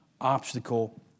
obstacle